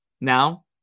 Now